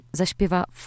zaśpiewa